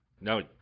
No